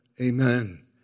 Amen